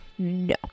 No